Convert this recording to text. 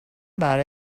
about